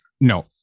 No